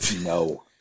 no